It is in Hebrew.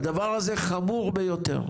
הדבר הזה חמור ביותר.